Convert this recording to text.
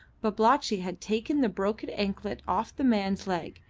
babalatchi had taken the broken anklet off the man's leg,